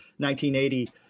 1980